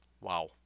Wow